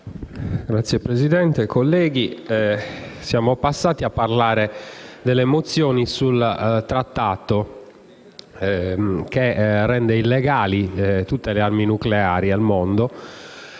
Signora Presidente, colleghi, siamo passati a parlare delle mozioni sul trattato che rende illegali tutte le armi nucleari al mondo,